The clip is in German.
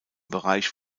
bereich